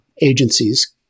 agencies